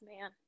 man